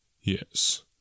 Yes